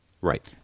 Right